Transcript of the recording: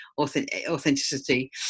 authenticity